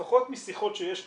לפחות משיחות שיש לי,